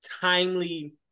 timely